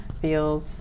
feels